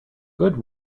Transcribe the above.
good